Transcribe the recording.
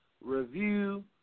Review